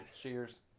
cheers